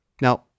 Now